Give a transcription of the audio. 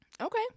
Okay